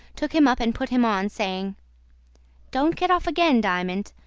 took him up and put him on, saying don't get off again, diamond.